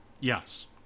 Yes